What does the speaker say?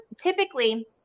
typically